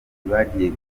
bagiye